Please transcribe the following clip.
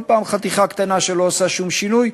כל פעם חתיכה קטנה שלא עושה שום שינוי,